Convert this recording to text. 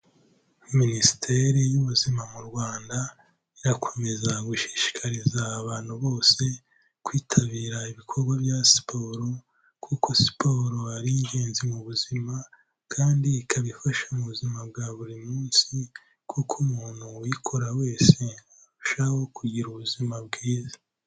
Minisiteri y'ubuzima mu Rwanda irakomeza gushishikariza abantu bose kwitabira ibikorwa bya siporo kuko siporo ari ingenzi mu buzima kandi ikabafasha mu buzima bwa buri munsi kuko umuntu uyikora wese arushaho kugira ubuzima bwiza.